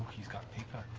he's got paper.